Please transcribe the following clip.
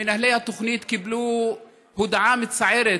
מנהלי התוכנית קיבלו הודעה מצערת,